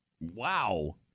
Wow